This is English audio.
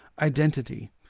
identity